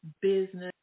business